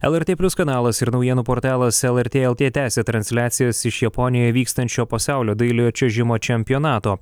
lrt plius kanalas ir naujienų portalas lrt lt tęsia transliacijas iš japonijoj vykstančio pasaulio dailiojo čiuožimo čempionato